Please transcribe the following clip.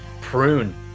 prune